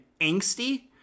angsty